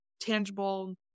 tangible